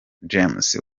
james